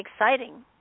exciting